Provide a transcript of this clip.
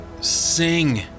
sing